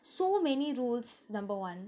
so many rules number one